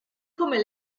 come